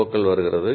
ஓக்கள் வருகிறது